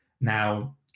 Now